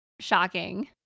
shocking